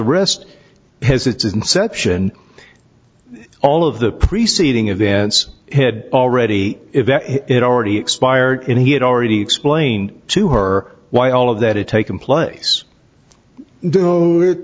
arrest has its inception all of the preceding events had already it already expired and he had already explained to her why all of that had taken place